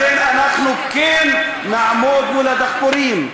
לכן אנחנו כן נעמוד מול הדחפורים.